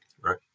right